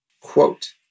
Quote